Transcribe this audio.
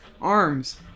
arms